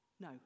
No